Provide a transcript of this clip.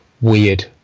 weird